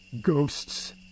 ghosts